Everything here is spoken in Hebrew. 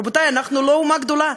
רבותי, אנחנו לא אומה גדולה.